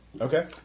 Okay